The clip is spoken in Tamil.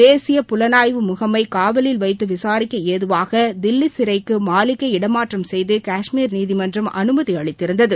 தேசிய புலனாய்வு முகமைகாவலில் வைத்துவிசாரிக்கஏதுவாக தில்லிசிறைக்குமாலிக்கை இடமாற்றம் செய்து கஷ்மீர் நீதிமன்றம் அனுமதிஅளித்திருந்தது